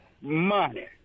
money